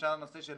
למשל הנושא של